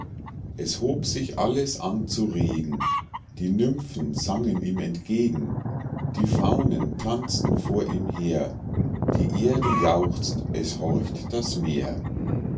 es hob sich alles an zu regen die nymphen sangen ihm entgegen die faunen tanzten vor ihm her die erde jauchzt es horcht das meer